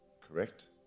correct